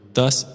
thus